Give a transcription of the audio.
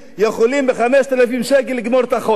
יכולים ב-5,000 שקל לגמור את החודש?